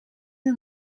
een